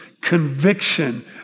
conviction